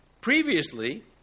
Previously